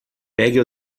pegue